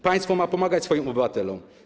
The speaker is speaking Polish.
Państwo ma pomagać swoim obywatelom.